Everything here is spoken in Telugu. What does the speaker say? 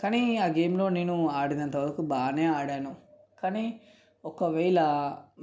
కానీ ఆ గేమ్లో నేను ఆడినంత వరకు బాగానే ఆడాను కానీ ఒకవేళ